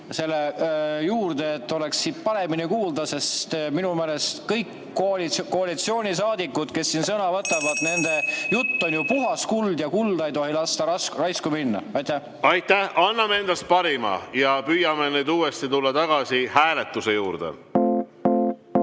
keerata, et oleks siit paremini kuulda, sest minu meelest kõik koalitsioonisaadikud, kes siin sõna võtavad, nende jutt on ju puhas kuld ja kulda ei tohi lasta raisku minna. Aitäh! Anname endast parima. Püüame nüüd uuesti tulla tagasi hääletuse juurde.